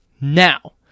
Now